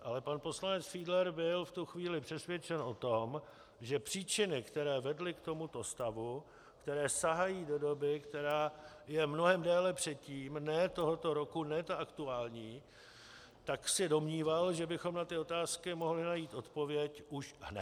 Ale pan poslanec Fiedler byl v tu chvíli přesvědčen o tom, že příčiny, které vedly k tomuto stavu, které sahají do doby, která je mnohem déle před tím, ne tohoto roku, ne ta aktuální, tak se domníval, že bychom na ty otázky mohli najít odpověď už hned.